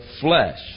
flesh